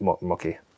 mucky